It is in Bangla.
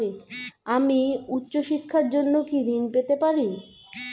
আমি উচ্চশিক্ষার জন্য কি ঋণ পেতে পারি?